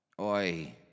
Oi